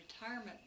retirement